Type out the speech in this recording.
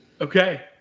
Okay